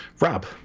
Rob